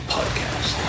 Podcast